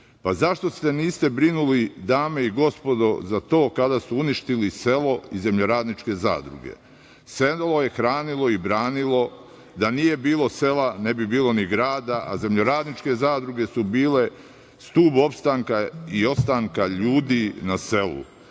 Pa zašto se niste brinuli, dame i gospodo, za to kada su uništili selo i zemljoradniče zadruge? Selo je hranilo i branilo. Da nije bilo selo, ne bi bilo ni grada, a zemljoradničke zadruge su bile stub opstanka i ostanka ljudi na selu.